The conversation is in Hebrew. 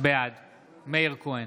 בעד מאיר כהן,